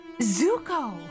Zuko